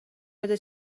بده